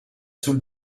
sul